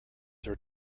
their